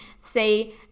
say